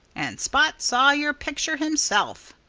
and spot saw your picture himself.